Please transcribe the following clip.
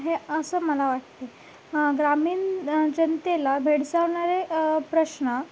हे असं मला वाटते ग्रामीण जनतेला भेडसावणारे प्रश्न